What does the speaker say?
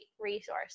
resource